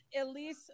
elise